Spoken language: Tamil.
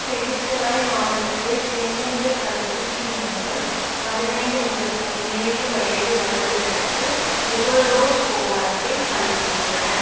பேகுசராய் மாவட்டத்தில் எந்தெந்த தடுப்பூசி மையங்கள் பதினைந்து முதல் பதினேலு வயது வரம்பினருக்கு முதல் டோஸ் கோவேக்சின் அளிக்கின்றன